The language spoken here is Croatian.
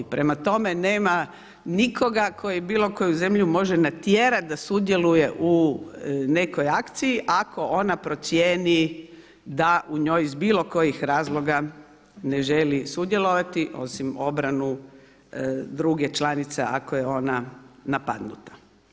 Prema tome, nema nikoga koji bilo koju zemlju može natjerati da sudjeluje u nekoj akciji ako ona procijeni da u njoj iz bilo kojih razloga ne želi sudjelovati osim obranu druge članice kao je ona napadnuta.